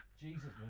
Jesus